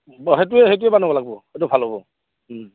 অঁ সেইটোৱেই সেইটোৱেই বানাব লাগিব সেইটো ভাল হ'ব